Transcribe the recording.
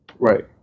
Right